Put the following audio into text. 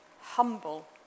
Humble